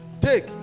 Take